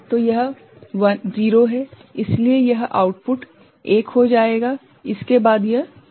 तो यह 0 है इसलिए यह आउटपुट 1 हो जाएगा इसके बाद यह 0 हो जाएगा